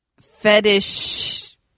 fetish